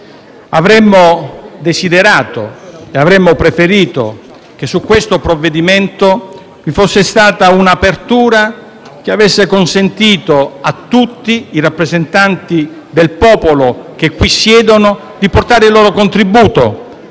avremmo desiderato e preferito che su questo provvedimento vi fosse stata un'apertura che avesse consentito a tutti i rappresentanti del popolo che siedono qui di portare il loro contributo.